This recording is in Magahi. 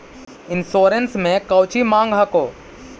इंश्योरेंस मे कौची माँग हको?